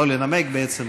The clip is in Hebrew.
לא לנמק, בעצם,